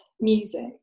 music